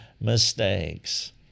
mistakes